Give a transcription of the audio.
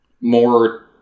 more